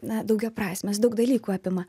na daugiaprasmės daug dalykų apima